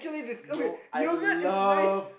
yo I love